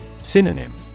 Synonym